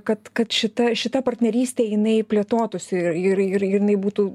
kad kad šita šita partnerystė jinai plėtotųsi ir ir ir jinai būtų